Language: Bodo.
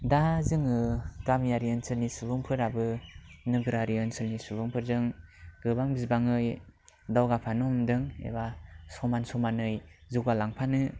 दा जोङो गामियारि ओनसोलनि सुबुंफोराबो नोगोरारि ओनसोलनि सुबुंफोरजों गोबां बिबाङै दावगाफानो हमदों एबा समान समानै जौगालांफानो